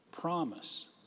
promise